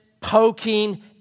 poking